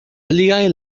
pliaj